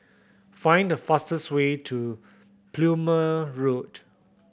find the fastest way to Road